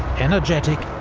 energetic,